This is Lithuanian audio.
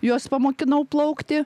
juos pamokinau plaukti